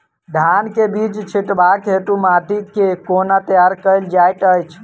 धान केँ बीज छिटबाक हेतु माटि केँ कोना तैयार कएल जाइत अछि?